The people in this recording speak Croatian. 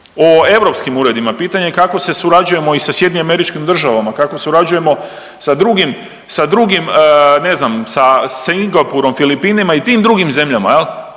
o europskim uredima pitanje kako se surađujemo i sa SAD, kako surađujemo sa drugim, sa drugim, ne znam, Singapurom, Filipinima i tim drugim zemljama,